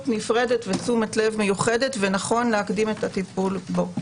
נפרדת ותשומת לב מיוחדת ונכון להקדים את הטיפול בו.